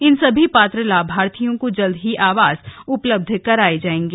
इन सभी पात्र लाभार्थियों को जल्द ही आवास उपलब्ध कराये जाएगें